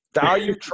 Value